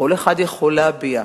כל אחד יכול להביע,